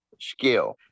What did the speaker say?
Skill